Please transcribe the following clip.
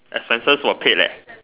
expenses were paid leh